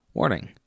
Warning